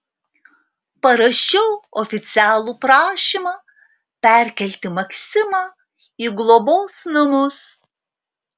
parašiau oficialų prašymą perkelti maksimą į globos namus